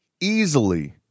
easily –